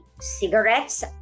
cigarettes